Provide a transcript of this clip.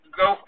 go